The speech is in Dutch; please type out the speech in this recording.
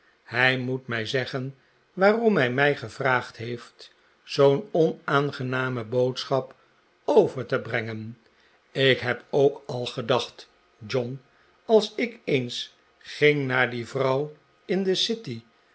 hij moet mij zeggen waarom hij mij gevraagd heeft zoo'n onaangename boodschap over te brengen ik heb ook al gedacht john als ik eens ging naar die juffrouw in de city